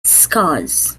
scars